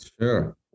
Sure